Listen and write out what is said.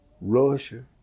Russia